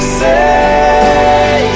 say